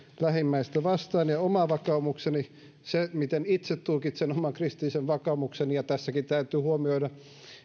lähimmäistä vastaan oman vakaumukseni punninta se miten itse tulkitsen oman kristillisen vakaumukseni ja tässäkin täytyy huomioida